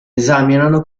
esaminano